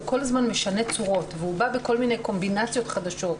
הוא כל הזמן משנה צורות והוא בא בכל מיני קומבינציות חדשות.